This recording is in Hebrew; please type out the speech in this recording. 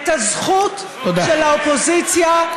את הזכות של האופוזיציה,